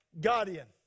guardian